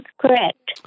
correct